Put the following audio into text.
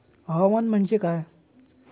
हवामान म्हणजे काय असता?